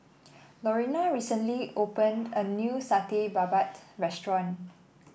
Lorena recently opened a new Satay Babat restaurant